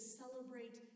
celebrate